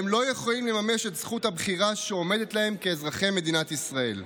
והם לא יכולים לממש את זכות הבחירה שעומדת להם כאזרחי מדינת ישראל.